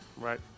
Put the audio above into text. Right